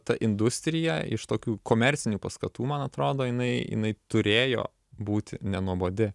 ta industrija iš tokių komercinių paskatų man atrodo jinai jinai turėjo būti nenuobodi